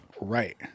Right